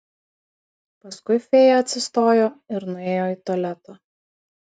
paskui fėja atsistojo ir nuėjo į tualetą